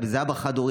וזה אבא חד-הורי,